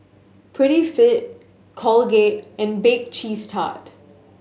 Prettyfit Colgate and Bake Cheese Tart